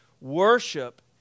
Worship